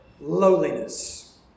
lowliness